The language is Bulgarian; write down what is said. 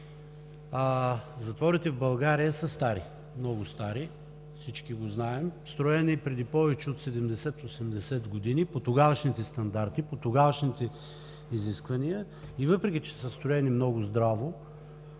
Затворите в България са стари, много стари, всички го знаем. Строени преди повече от 70-80 години по тогавашните стандарти, по тогавашните изисквания и въпреки, че са строени много здраво,